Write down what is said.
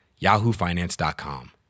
yahoofinance.com